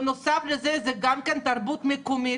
בנוסף לזה זו גם תרבות מקומית,